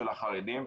של החרדים.